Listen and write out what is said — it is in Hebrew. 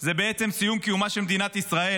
זה בעצם סיום קיומה של מדינת ישראל.